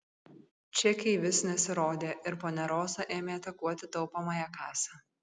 čekiai vis nesirodė ir ponia roza ėmė atakuoti taupomąją kasą